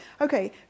okay